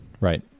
Right